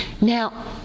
Now